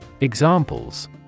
Examples